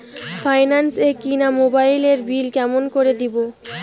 Finance এ কিনা মোবাইলের বিল কেমন করে দিবো?